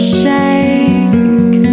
shake